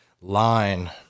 line